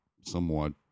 Somewhat